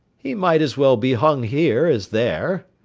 he might as well be hung here as there,